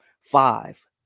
Five